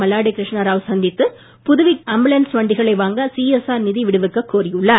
மல்லாடி கிருஷ்ணராவ் சந்தித்து புதுவைக்கு ஆம்புலன்ஸ் வண்டிகளை வாங்க சிஎஸ்ஆர் நிதி விடுவிக்கக் கோரியுள்ளார்